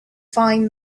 find